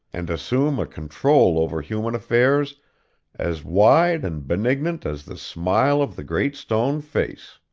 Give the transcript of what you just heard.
and assume a control over human affairs as wide and benignant as the smile of the great stone face.